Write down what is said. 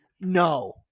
no